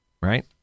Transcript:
right